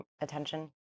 attention